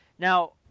Now